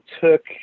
took